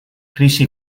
krisi